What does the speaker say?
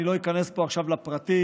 אני לא איכנס פה עכשיו לפרטים,